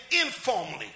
informally